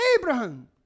Abraham